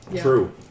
True